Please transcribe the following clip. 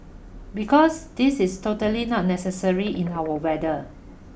because this is totally not necessary in our weather